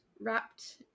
wrapped